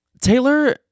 Taylor